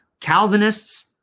Calvinists